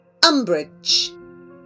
Umbridge